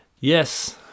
Yes